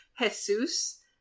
Jesus